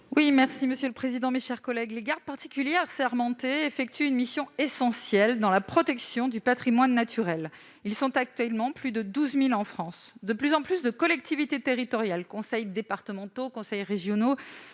libellé : La parole est à Mme Nathalie Delattre. Les gardes particuliers assermentés effectuent une mission essentielle de protection du patrimoine naturel. Ils sont actuellement plus de 12 000 en France. De plus en plus de collectivités territoriales, conseils départementaux, conseils régionaux